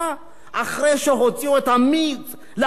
אחרי שהוציאו את המיץ לאנשים,